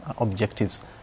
objectives